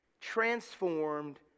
transformed